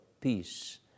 peace